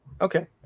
Okay